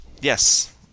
Yes